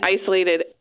isolated